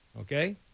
okay